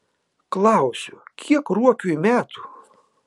klausiu kiek ruokiui metų